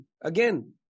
Again